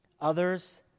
Others